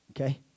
Okay